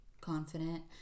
confident